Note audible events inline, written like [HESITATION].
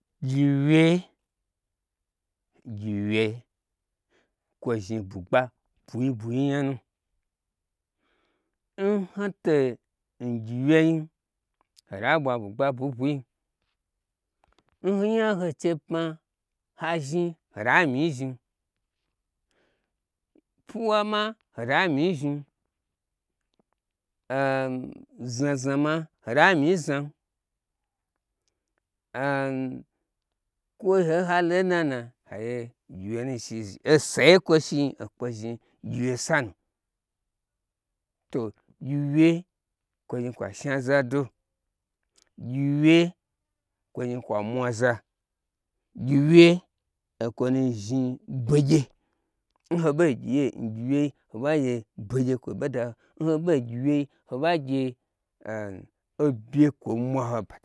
Ayi wye ayi wye kwo zhni bwugba bwui bwui nyanu ntei ngyi wye im ho ta ɓwa bwugba bwui ɓwuim n nya hoi che pma ha zhni hota myi n zhnim, pwuwa ma hota myin zhinm, [HESITATION] znazna ma hota myi n znam [HESITATION] kwo ho ha lo nana hagye gyi wye nu shi osaye kwo shi kwo zhni gyi wye sanu to gyi wye kwo zhni kwa shna zado, gyi wye kwo zhni kwa mwaza, gyi wye okwonu zhni begye n hoɓei n gyi wye hoɓa gye be gye kwo ɓe daho, n ho ɓei ngyiwyei ho ɓa gye [HESITATION] obye kwoi mwaho pata